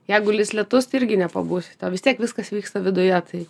jeigu lis lietus tai irgi nepabusit o vis tiek viskas vyksta viduje tai